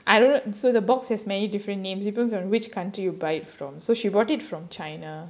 I don't know so the box has many different names depends on which country you buy it from so she bought it from china